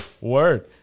Word